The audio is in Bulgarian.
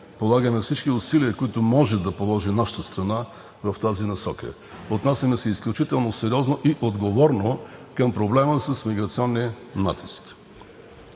полагаме всички усилия, които може да положи нашата страна в тази насока. Отнасяме се изключително сериозно и отговорно към проблема с миграционния натиск.